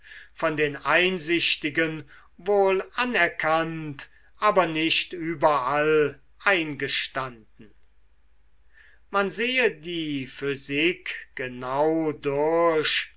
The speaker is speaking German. von den einsichtigen wohl anerkannt aber nicht überall eingestanden man sehe die physik genau durch